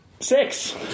Six